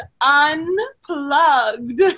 Unplugged